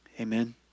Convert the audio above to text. Amen